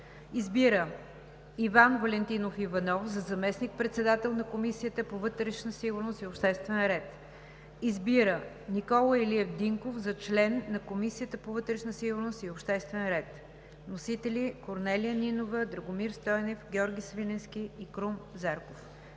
Избира Иван Валентинов Иванов за заместник-председател на Комисията по вътрешна сигурност и обществен ред. 3. Избира Никола Илиев Динков за член на Комисията по вътрешна сигурност и обществен ред.“ Вносители: Корнелия Нинова, Драгомир Стойнев, Георги Свиленски и Крум Зарков.